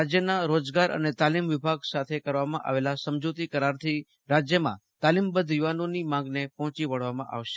રાજયના રોજગાર અને તાલીમ વિભાગ સાથે કરવામાં આવેલા સમજુતી કરારથી રાજયમાં તાલીમબધ્ધ યુવાનોની માંગને પહોંચી વળવામાં આવશે